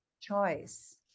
choice